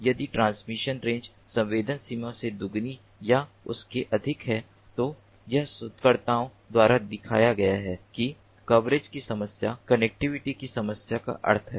यदि transmission range संवेदन सीमा से दोगुनी या उससे अधिक है तो यह शोधकर्ताओं द्वारा दिखाया गया है कि कवरेज की समस्या कनेक्टिविटी की समस्या का अर्थ है